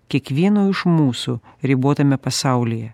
kiekvieno iš mūsų ribotame pasaulyje